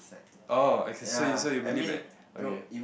oh I can say so you believe like okay